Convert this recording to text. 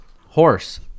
horse